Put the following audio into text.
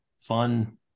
fun